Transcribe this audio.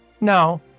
No